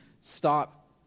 stop